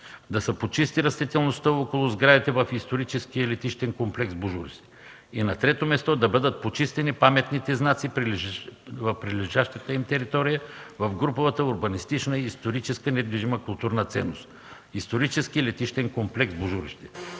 да се почисти растителността около сградите в „Исторически летищен комплекс – Божурище”. На трето място, да бъдат почистени паметните знаци и прилежащата им територия в груповата урбанистична и историческа недвижима културна ценност – „Исторически летищен комплекс – Божурище”.